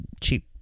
cheap